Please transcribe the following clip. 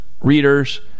readers